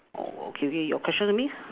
oh okay okay your question to me